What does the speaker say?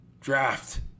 draft